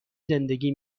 زندگی